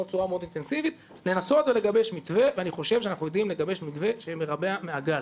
בצורה מאוד אינטנסיבית לנסות ולגבש מתווה הוא מתווה שמרבע מעגל.